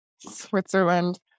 Switzerland